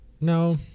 No